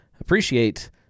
appreciate